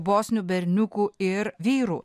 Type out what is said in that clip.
bosnių berniukų ir vyrų